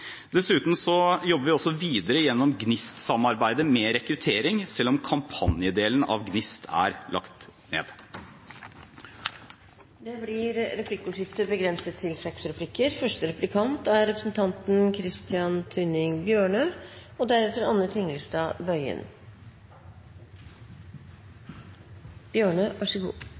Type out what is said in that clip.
Dessuten jobber vi også videre gjennom GNIST-samarbeidet med rekruttering, selv om kampanjedelen av GNIST er lagt ned. Det blir replikkordskifte.